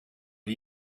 are